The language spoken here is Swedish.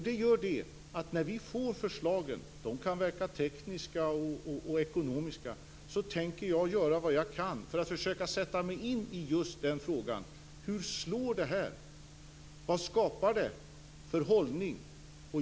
Det gör att när vi får förslagen tänker jag göra vad jag kan för att sätta mig in i just den frågan, även om den kan verka tekniskt och ekonomiskt krånglig. Hur slår det här, vad skapar det för hållning?